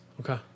Okay